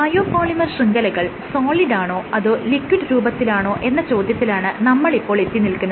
bio polymer ശൃംഖലകൾ സോളിഡാണോ അതോ ലിക്വിഡ് രൂപത്തിലാണോ എന്ന ചോദ്യത്തിലാണ് നമ്മൾ ഇപ്പോൾ എത്തിനിൽക്കുന്നത്